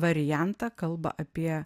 variantą kalba apie